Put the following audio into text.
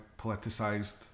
politicized